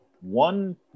one